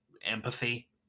empathy